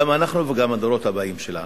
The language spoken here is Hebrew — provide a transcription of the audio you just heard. גם אנחנו וגם הדורות הבאים שלנו.